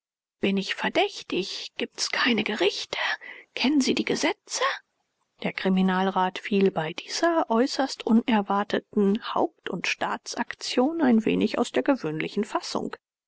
bin ich verdächtig gibt's keine gerichte kennen sie die gesetze der kriminalrat fiel bei dieser äußerst unerwarteten haupt und staatsaktion ein wenig aus der gewöhnlichen fassung